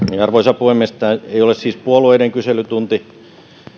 arvoisa puhemies tämä ei ole siis puolueiden kyselytunti